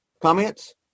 Comments